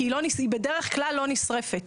היא בדרך כלל לא נשרפת.